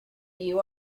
you